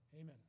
Amen